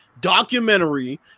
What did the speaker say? documentary